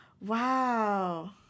wow